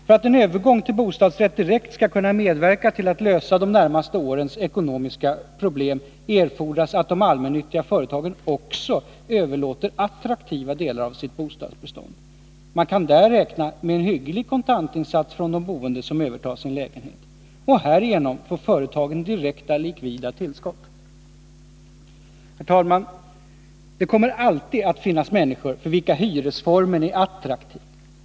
För att en övergång till bostadsrätt direkt skall kunna medverka till att lösa de närmaste årens ekonomiska problem erfordras att de allmännyttiga företagen också överlåter attraktiva delar av sitt bostadsbestånd. Man kan där räkna med en hygglig kontantinsats från de boende som övertar sin lägenhet. Härigenom får företagen direkta likvida tillskott. Herr talman! Det kommer alltid att finnas människor för vilka hyresform ärattraktiv.